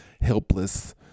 helpless